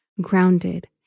grounded